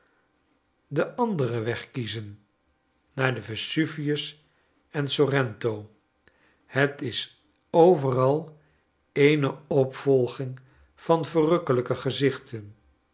den anderen weg kiezen naar den vesuvius en sorrento het is overal eene opvolging van verrukkeltjke gezichten